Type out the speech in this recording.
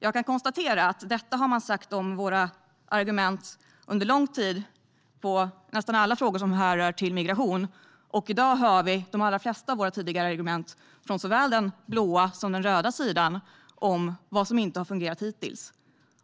Jag kan konstatera att man under lång tid har sagt detta om våra argument i nästan alla frågor som rör migration, och i dag hör vi de flesta av våra tidigare argument om vad som inte fungerat hittills från såväl den blå som den röda sidan.